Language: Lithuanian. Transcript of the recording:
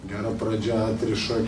gera pradžia atriša